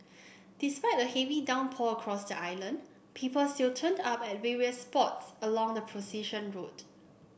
despite a heavy downpour across the island people still turned up at various spots along the procession route